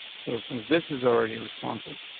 so since this is already responsive,